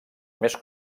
més